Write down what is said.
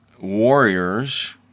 Warriors